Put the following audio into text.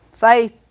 faith